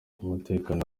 umutekano